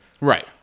right